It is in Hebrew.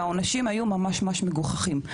והעונשים היו ממש ממש מגוחכים.